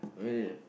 maybe that